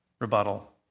rebuttal